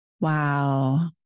wow